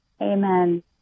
amen